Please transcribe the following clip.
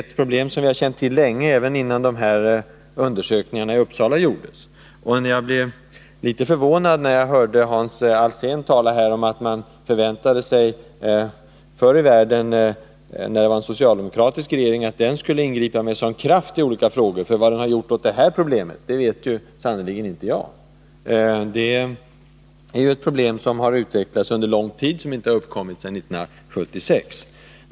Det är sådant som vi har känt till länge — även innan de här undersökningarna i Uppsala gjordes. Jag blev litet förvånad när jag hörde Hans Alsén tala om att man förr i världen, när det var socialdemokratisk regering, förväntade sig att den skulle ingripa med sådan kraft i olika frågor, för vad den har gjort åt dessa problem vet sannerligen inte jag. Det är problem som har utvecklats under lång tid och som alltså inte har uppkommit efter 1976.